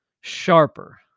sharper